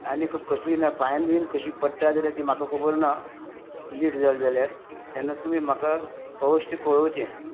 आनी कसलीय ना फायन बीन कशी पडटा जाल्यार ती म्हाका खबर ना लेट जाली जाल्यार तेन्ना तुमी म्हाका अवश्य कळोवचें